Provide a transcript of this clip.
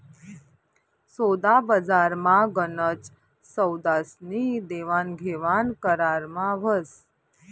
सोदाबजारमा गनच सौदास्नी देवाणघेवाण करारमा व्हस